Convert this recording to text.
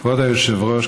כבוד היושב-ראש,